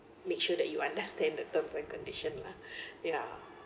make sure that you understand the terms and condition lah ya